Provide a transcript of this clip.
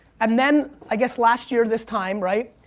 and then, i guess last year this time, right?